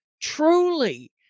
truly